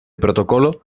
protocolo